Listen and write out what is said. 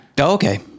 Okay